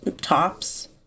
tops